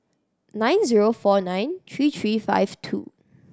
nine zero four nine three three five two